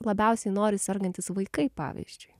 labiausiai nori sergantys vaikai pavyzdžiui